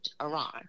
Iran